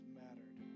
mattered